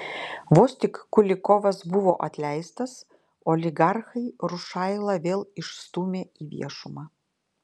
vos tik kulikovas buvo atleistas oligarchai rušailą vėl išstūmė į viešumą